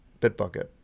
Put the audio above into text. Bitbucket